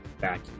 back